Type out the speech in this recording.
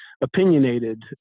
opinionated